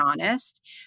honest